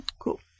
Cool